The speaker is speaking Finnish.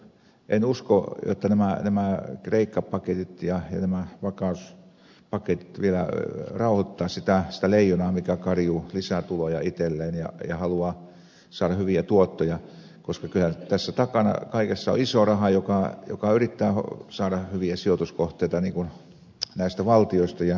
en usko jotta nämä kreikka paketit ja nämä vakauspaketit vielä rauhoittaisivat sitä leijonaa mikä karjuu lisää tuloja itselleen ja haluaa saada hyviä tuottoja koska kyllähän tässä kaikessa takana on iso raha joka yrittää saada hyviä sijoituskohteita näistä valtioista ja kunnista